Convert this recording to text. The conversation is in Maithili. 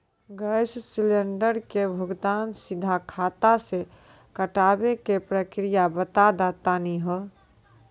गैस सिलेंडर के भुगतान सीधा खाता से कटावे के प्रक्रिया बता दा तनी हो?